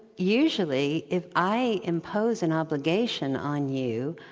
usually if i impose an obligation on you,